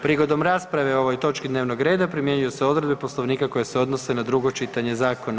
Prigodom rasprave o ovoj točki dnevnog reda primjenjuju se odredbe Poslovnika koje se odnose na drugo čitanje zakona.